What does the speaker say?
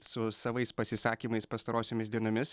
su savais pasisakymais pastarosiomis dienomis